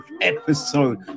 episode